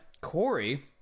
Corey